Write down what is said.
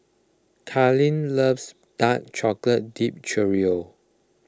Karlene loves Dark Chocolate Dipped Churro